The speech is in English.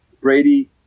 Brady